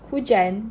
hujan